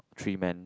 three men